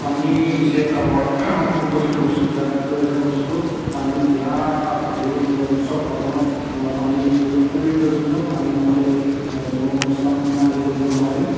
পানী হৈছে এটা বৰ উপযোগী বস্তু বিৰাট প্ৰয়োজনীয় বস্তু পানী বিয়া বিহু উৎসৱ পাৰ্বনত পানী খুবেই প্ৰয়োজনীয় পানী নহ'লে কোনো অনুষ্ঠান আদি কৰিব নোৱাৰে